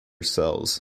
cells